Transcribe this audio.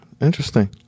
Interesting